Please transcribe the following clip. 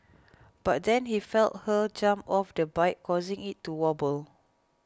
but then he felt her jump off the bike causing it to wobble